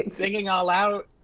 singing all out.